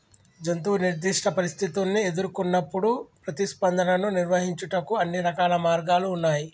జంతువు నిర్దిష్ట పరిస్థితుల్ని ఎదురుకొన్నప్పుడు ప్రతిస్పందనను నిర్వహించుటకు అన్ని రకాల మార్గాలు ఉన్నాయి